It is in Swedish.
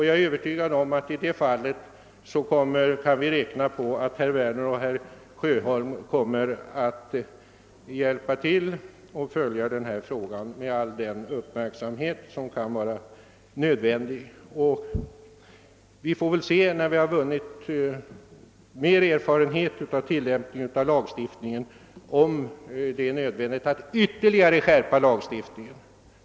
Jag är övertygad om att vi kan räkna med att herr Werner och herr Sjöholm kommer att hjälpa till med att följa denna fråga med all den uppmärksamhet, som kan vara nödvändig. När vi har vunnit större erfarenhet av lagens tillämpning får vi se om det är nödvändigt att skärpa lagstiftningen ytterligare.